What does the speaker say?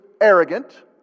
arrogant